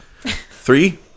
three